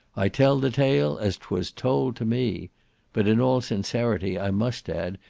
i tell the tale as twas told to me but, in all sincerity i must add,